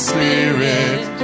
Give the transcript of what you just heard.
Spirit